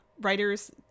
writers